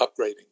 upgrading